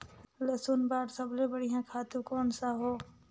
लसुन बार सबले बढ़िया खातु कोन सा हो?